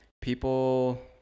people